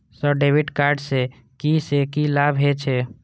Sir debit card से की से की लाभ हे छे?